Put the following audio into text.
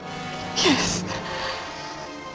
Yes